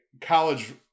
college